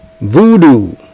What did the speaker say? Voodoo